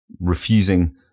refusing